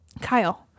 Kyle